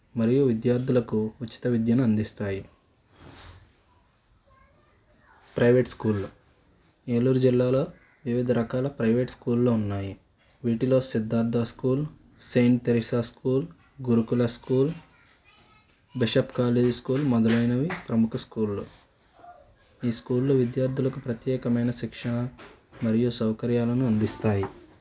మరియు విద్యార్థులకు ఉచిత విద్యను అందిస్తాయి ప్రైవేట్ స్కూల్లు ఏలూరు జిల్లాలో వివిధ రకాల ప్రైవేట్ స్కూల్లు ఉన్నాయి వీటిలో Siddhartha school saint Theresa school Gurukula school Brishab Kali school మొదలైనవి ప్రముఖ స్కూల్లు ఈ స్కూల్లు విద్యార్థులకు ప్రత్యేకమైన శిక్షణ మరియు సౌకర్యాలను అందిస్తాయి